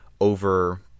over